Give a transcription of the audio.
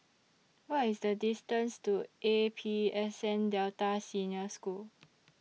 What IS The distance to A P S N Delta Senior School